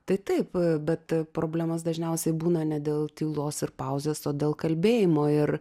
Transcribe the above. tai taip bet problemos dažniausiai būna ne dėl tylos ir pauzės o dėl kalbėjimo ir